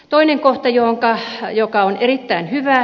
toinen kohta on erittäin hyvä